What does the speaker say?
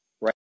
right